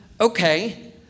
okay